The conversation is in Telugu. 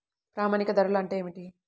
ప్రామాణిక ధరలు అంటే ఏమిటీ?